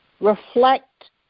reflect